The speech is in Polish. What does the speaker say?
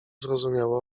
zrozumiałe